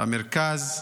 במרכז,